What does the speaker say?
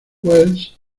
wells